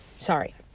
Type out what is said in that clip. sorry